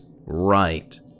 right